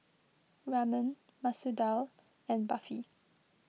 Ramen Masoor Dal and Barfi